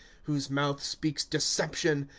whose mouth speaks deception.